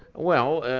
well,